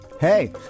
Hey